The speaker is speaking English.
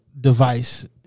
device